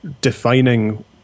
defining